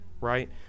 right